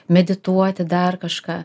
medituoti dar kažką